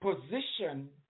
position